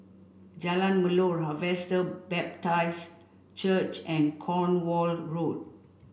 Jalan Melor Harvester Baptist Church and Cornwall Road